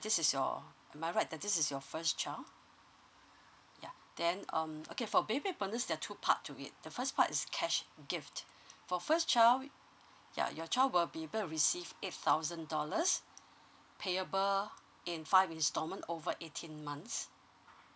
this is your am I right that this is your first child ya then um okay for baby bonus there are two part to it the first part is cash gift for first child ya your child will be able to receive eight thousand dollars payable in five installment over eighteen months